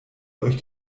euch